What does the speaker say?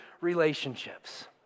relationships